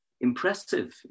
impressive